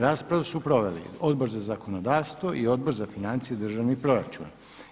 Raspravu su proveli Odbor za zakonodavstvo i Odbor za financije i državni proračun.